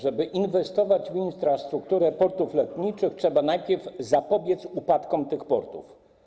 Żeby inwestować w infrastrukturę portów lotniczych, trzeba najpierw zapobiec upadkom tych portów.